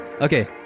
Okay